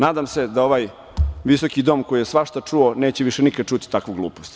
Nadam se da ovaj visoki dom koji je svašta čuo neće više nikad čuti takvu glupost.